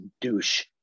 douche